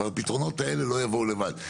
אבל הפתרונות האלה לא יבואו לבד.